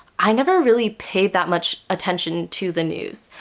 i never really paid that much attention to the news.